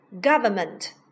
government